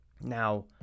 Now